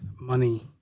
money